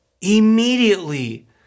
immediately